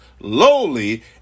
lowly